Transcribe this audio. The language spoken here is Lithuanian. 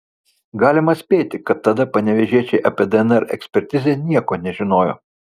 galima spėti kad tada panevėžiečiai apie dnr ekspertizę nieko nežinojo